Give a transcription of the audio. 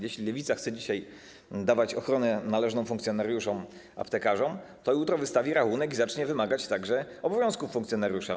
Jeśli Lewica chce dzisiaj dawać aptekarzom ochronę należną funkcjonariuszom, to jutro wystawi rachunek i zacznie wymagać także obowiązków funkcjonariusza.